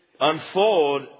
unfold